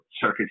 Circuit